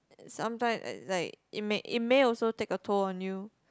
uh sometimes it's like it may it may also take a toll on you